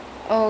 ya